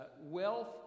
wealth